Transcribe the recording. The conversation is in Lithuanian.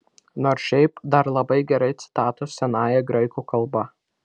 nors šiaip dar labai gerai citatos senąja graikų kalba